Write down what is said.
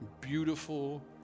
beautiful